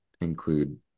include